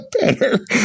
better